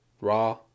raw